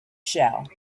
shell